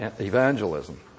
evangelism